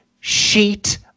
sheet